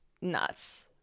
nuts